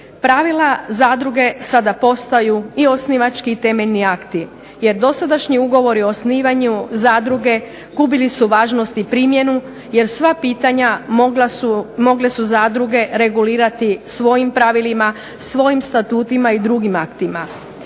Pravila zadruge sada postaju i osnivački i temeljni akti jer dosadašnji ugovori o osnivanju zadruge gubili su važnost i primjenu jer sva pitanja mogle su zadruge regulirati svojim pravilima, svojim statutima i drugim aktima.